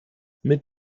mit